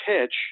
pitch